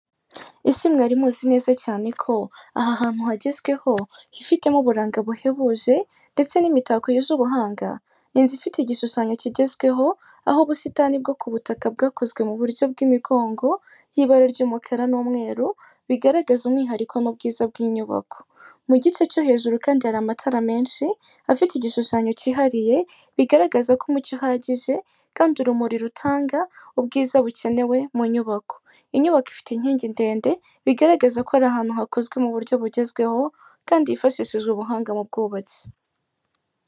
ese mwari muzi neza cyane ko aha hantu hagezweho hifitemo uburanga buhebuje ndetse n'imitako yuje ubuhanga inzu ifite igishushanyo kigezweho aho ubusitani bwo ku butaka bwakozwe mu buryo bw'imigongo y'ibara ry'umukara n'umweru bigaragaza umwihariko mu bwiza bw'inyubako mu gice cyo hejuru kandi hari amatara menshi afite igishushanyo cyihariye bigaragaza ko umucyo uhagije kandi urumuri rutanga ubwiza bukenewe mu nyubako inyubako ifite inkingi ndende bigaragaza ko ari ahantu hakozwe mu buryo bugezweho kandi hifashishi ubuhanga mu bwubatsi